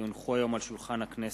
כי הונחו היום על שולחן הכנסת,